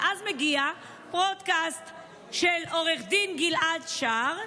ואז מגיע פודקאסט של עו"ד גלעד שר,